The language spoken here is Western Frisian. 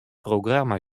programma